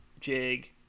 jig